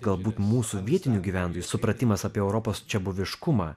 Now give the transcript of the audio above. galbūt mūsų vietinių gyventojų supratimas apie europos čiabuviškumą